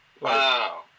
Wow